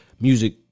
music